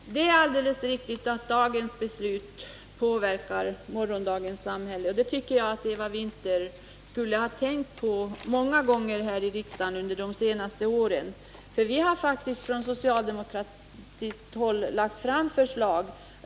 Fru talman! Det är alldeles riktigt att dagens beslut påverkar morgondagens samhälle. Det tycker jag att Eva Winther borde ha tänkt på många gånger här i riksdagen under de senaste åren, när vi på socialdemokratiskt håll har lagt fram förslag.